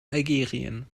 algerien